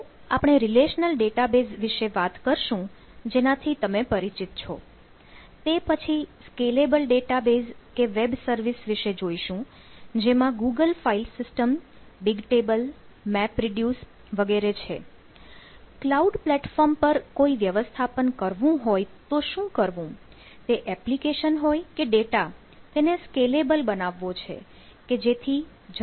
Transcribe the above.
તો આપણે relational database થવો જોઈએ